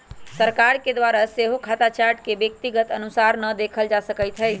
सरकार के द्वारा सेहो खता चार्ट के व्यक्तिगत अनुसारे न देखल जा सकैत हइ